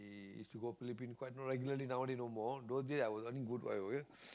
is we go Phillipines quite no regularly nowaday no more those day I was earn quite good quite a bit